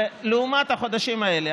ולעומת החודשים האלה,